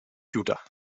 judah